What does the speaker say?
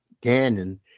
Gannon